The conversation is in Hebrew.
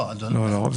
לא רק זה.